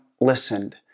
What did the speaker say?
listened